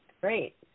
great